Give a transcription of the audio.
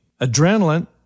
adrenaline